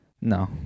No